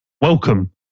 Welcome